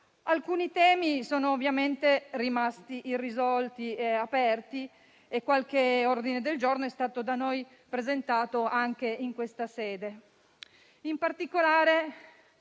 Alcuni temi sono ovviamente rimasti irrisolti e aperti e qualche ordine del giorno è stato da noi presentato anche in questa sede. In particolare,